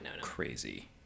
crazy